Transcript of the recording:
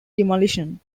demolition